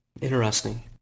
Interesting